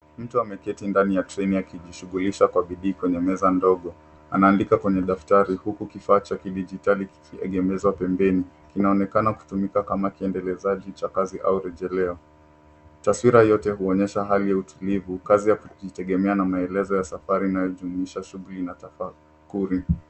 Mtu ameketi ndani ya treni akijishughulisha kwa bidii kwenye meza ndogo. Anaandika kwenye daftari huku kifaa cha kidijitali kikiegemezwa pembeni. Inaonekana kama kiendelezaji cha kazi au rejeleo. Taswira yote huonyesha hali ya utulivu, kazi ya kujitegemea na maelezo ya safari shughuli na nafakuri.